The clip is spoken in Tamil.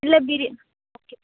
இல்லை பிரி ஓகே